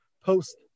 post